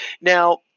Now